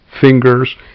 fingers